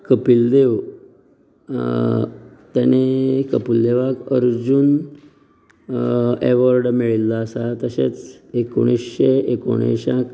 कपीलदेव तेंणी कपील देवाक अर्जून ऍवॉर्ड मेळिल्लो आसा तशेंच एकुणीश्शे एकूण अयश्यांत